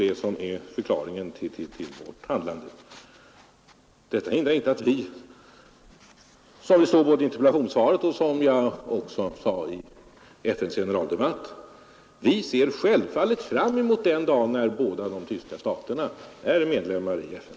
Det är förklaringen till vårt handlande, Detta hindrar inte att vi, som det står i interpellationssvaret och som jag också sade i FN:s generaldebatt, självfallet ser fram mot den dag då båda de tyska staterna är medlemmar i FN.